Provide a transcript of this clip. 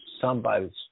somebody's